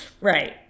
right